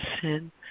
sin